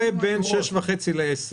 11)